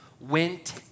went